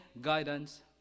guidance